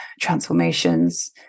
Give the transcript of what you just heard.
transformations